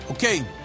Okay